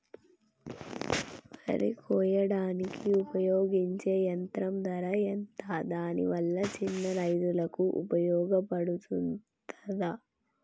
వరి కొయ్యడానికి ఉపయోగించే యంత్రం ధర ఎంత దాని వల్ల చిన్న రైతులకు ఉపయోగపడుతదా?